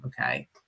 okay